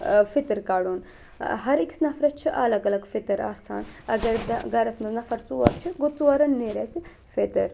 فِطر کَڑُن ہر أکِس نَفرَس چھِ الگ الگ فِطر آسان اگر گَرَس منٛز نَفر ژور چھِ گوٚو ژورَن نیرِ اَسہِ فِطر